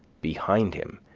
behind him,